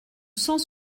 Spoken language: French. cent